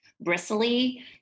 bristly